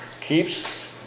keeps